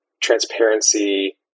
transparency